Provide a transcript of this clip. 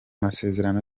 masezerano